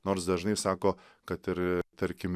nors dažnai sako kad ir tarkim